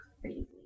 crazy